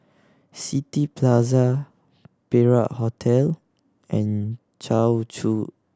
City Plaza Perak Hotel and Choa Chu